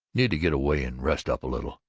need to get away and rest up a little.